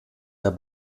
der